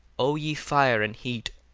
o ye fire and heat,